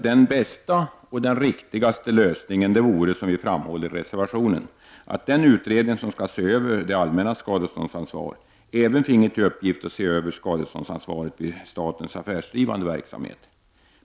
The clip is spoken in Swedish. Den bästa och riktigaste lösningen vore, som vi framhåller i reservationen, att den utredning som skall se över det allmännas skadeståndsansvar även finge till uppgift att se över skadeståndsansvaret vid statens affärsdrivande verksamhet.